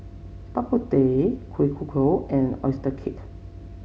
Bak Kut Teh Kueh Kodok and oyster cake